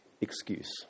excuse